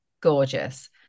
gorgeous